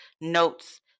notes